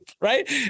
Right